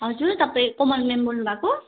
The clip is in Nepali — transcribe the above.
हजुर तपाईँ कोमल म्याम बोल्नु भएको